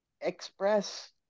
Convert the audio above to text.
express